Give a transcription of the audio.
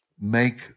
make